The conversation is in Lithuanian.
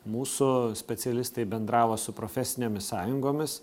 mūsų specialistai bendravo su profesinėmis sąjungomis